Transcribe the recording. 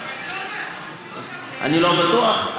אני לא בטוח,